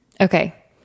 Okay